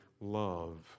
love